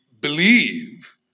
believe